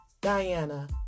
Diana